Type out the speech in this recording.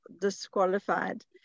disqualified